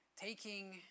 taking